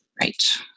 Right